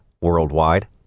worldwide